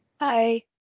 Hi